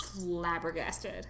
flabbergasted